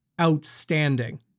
outstanding